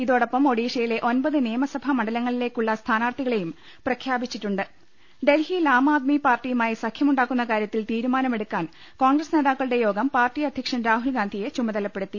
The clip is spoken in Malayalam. ഇതോടൊപ്പം ഒഡീഷയിലെ ഒൻപത് നിയമസഭാ മണ്ഡ ലങ്ങളിലേക്കുള്ള സ്ഥാനാർത്ഥികളെയും പ്രഖ്യാപിച്ചി ട്ടുണ്ട് ഡൽഹിയിൽ ആം ആദ്മി പാർട്ടിയുമായി സഖ്യമു ണ്ടാക്കുന്ന കാര്യത്തിൽ തീരു മാനമെടുക്കാൻ കോൺഗ്രസ് നേതാക്കളുടെ യോഗം പാർട്ടി അധൃക്ഷൻ രാഹുൽഗാന്ധിയെ ചുമതലപ്പെടുത്തി